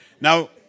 Now